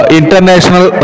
international